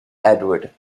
edward